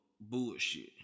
bullshit